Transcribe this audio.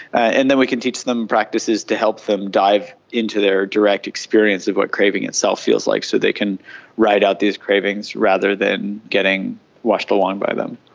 and then we can teach them practices to help them dive into their direct experience of what craving itself feels like. so they can ride out these cravings rather than getting washed along by them.